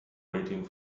waiting